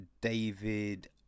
David